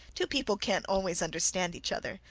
two people can't always understand each other.